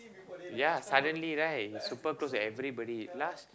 ya suddenly right he super close to everybody last